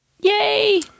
Yay